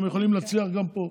והם יכולים להצליח גם פה.